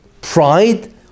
Pride